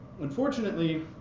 Unfortunately